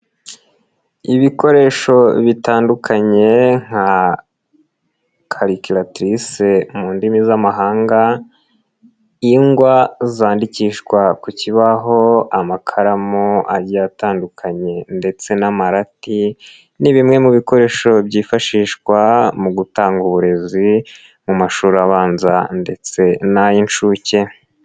Ibikoresho bitandukanye nka calculatrice mu ndimi z'amahanga, ingwa zandikishwa ku kibaho, amakaramu agiye atandukanye ndetse n'amarati, ni bimwe mu bikoresho byifashishwa mu gutanga uburezi, mu mashuri abanza ndetse n'ay'incuke.